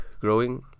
growing